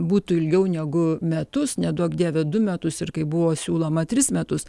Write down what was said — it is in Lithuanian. būtų ilgiau negu metus neduok dieve du metus ir kaip buvo siūloma tris metus